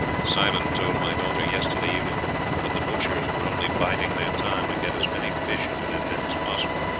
simon told my daughter yesterday evening that the butchers were only biding their time to get as many fish into their net as possible,